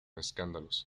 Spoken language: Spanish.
escándalos